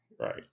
right